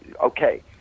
okay